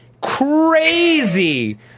crazy